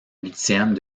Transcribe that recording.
huitièmes